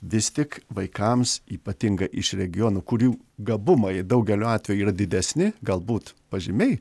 vis tik vaikams ypatingai iš regionų kurių gabumai daugeliu atveju yra didesni galbūt pažymiai